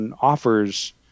offers